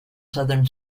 southern